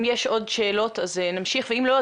אם יש עוד שאלות אז נמשיך ואם לא,